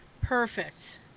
Perfect